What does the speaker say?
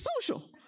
social